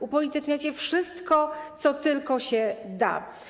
Upolityczniacie wszystko, co tylko się da.